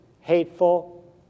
hateful